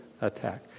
attack